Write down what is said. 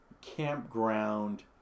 campground